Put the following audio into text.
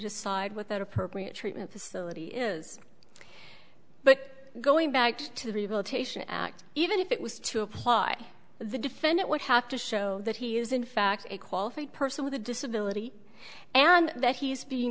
decide what that appropriate treatment facility is but going back to the ability to act even if it was to apply the defendant would have to show that he is in fact a qualified person with a disability and that he's being